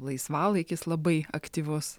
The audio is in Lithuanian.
laisvalaikis labai aktyvus